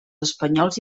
espanyols